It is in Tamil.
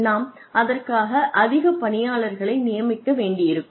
நாம் அதற்காக அதிக பணியாளர்களை நியமிக்க வேண்டியிருக்கும்